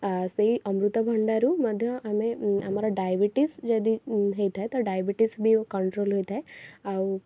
ଆ ସେଇ ଅମୃତଭଣ୍ଡାରୁ ମଧ୍ୟ ଆମେ ଆମର ଡାଇବେଟିସ ଯଦି ଉଁ ହେଇଥାଏ ତ ଡାଇବେଟିସ ବି କଣ୍ଟ୍ରୋଲ ହୋଇଥାଏ ଆଉ